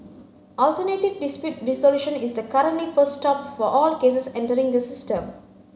alternative dispute resolution is the currently first stop for all cases entering the system